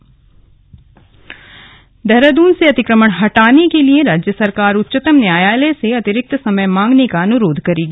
अनुरोध देहरादून से अतिक्रमण हटाने के लिए राज्य सरकार उच्चतम न्यायालय से अतिरिक्त समय मांगने का अनुरोध करेगी